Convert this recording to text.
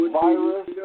virus